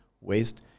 waste